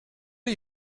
are